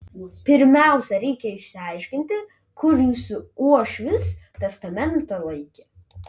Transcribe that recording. pirmiausia reikia išsiaiškinti kur jūsų uošvis testamentą laikė